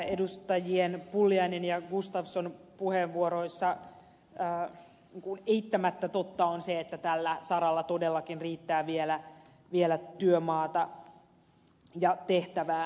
edustajien pulliainen ja gustafsson puheenvuoroissa eittämättä totta on se että tällä saralla todellakin riittää vielä työmaata ja tehtävää